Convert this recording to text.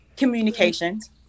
Communications